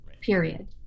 period